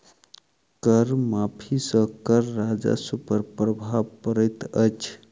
कर माफ़ी सॅ कर राजस्व पर प्रभाव पड़ैत अछि